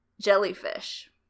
jellyfish